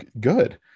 Good